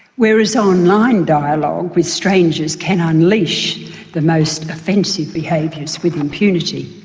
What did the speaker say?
whereas online dialogue with strangers can unleash the most offensive behaviours with impunity.